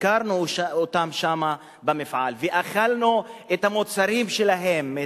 ביקרנו אותם שם במפעל ואכלנו את המוצרים שלהם,